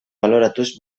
baloratuz